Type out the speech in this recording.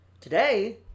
Today